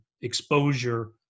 exposure